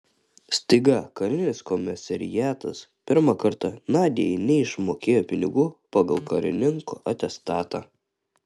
staiga karinis komisariatas pirmą kartą nadiai neišmokėjo pinigų pagal karininko atestatą